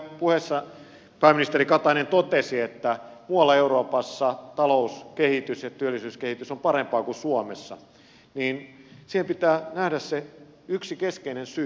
kun pääministeri katainen puheessaan totesi että muualla euroopassa talouskehitys ja työllisyyskehitys on parempaa kuin suomessa niin siihen pitää nähdä se yksi keskeinen syy